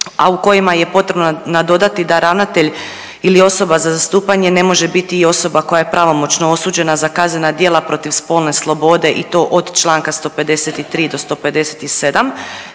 a u kojima je potrebno nadodati da ravnatelj ili osoba za zastupanje ne može biti i osoba koja je pravomoćno osuđena za kaznena djela protiv spolne slobode i to od čl. 153. do 157.